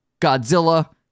Godzilla